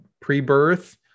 pre-birth